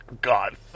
God